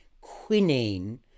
quinine